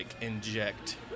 inject